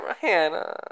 Hannah